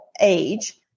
age